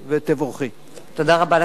תודה רבה לחבר הכנסת אורלב.